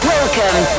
Welcome